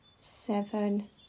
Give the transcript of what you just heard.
Seven